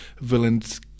villains